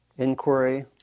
inquiry